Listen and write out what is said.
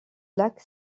lac